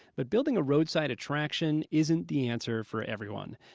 but building a roadside attraction isn't the answer for everyone.